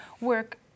work